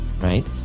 right